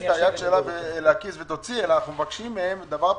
את ידה לכיס אלא אנחנו מבקשים דבר פשוט: